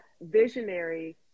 visionary